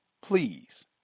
please